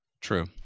True